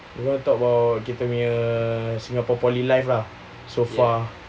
you wanna talk about kita punya singapore poly life lah so far